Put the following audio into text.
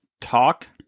talk